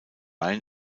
ryan